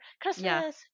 Christmas